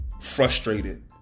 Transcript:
frustrated